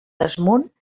desmunt